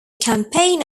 campaign